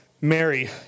Mary